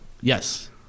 Yes